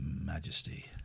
Majesty